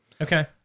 Okay